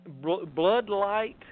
Bloodlight